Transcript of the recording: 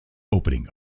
opening